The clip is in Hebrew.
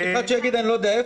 יש אחד שיגיד: אני לא יודע איפה,